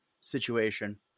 situation